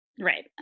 right